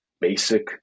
basic